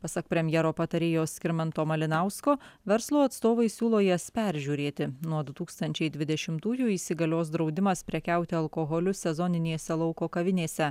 pasak premjero patarėjo skirmanto malinausko verslo atstovai siūlo jas peržiūrėti nuo du tūkstančiai dvidešimtųjų įsigalios draudimas prekiauti alkoholiu sezoninėse lauko kavinėse